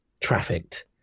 trafficked